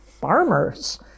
farmers